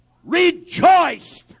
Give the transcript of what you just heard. rejoiced